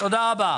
תודה רבה.